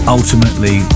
ultimately